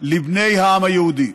לבני העם היהודי.